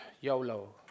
YOLO